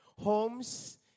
homes